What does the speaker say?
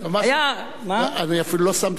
אני אפילו לא שמתי לב.